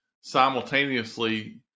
simultaneously